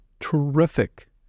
terrific